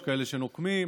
יש כאלה שנוקמים.